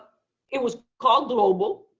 it was called global,